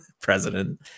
president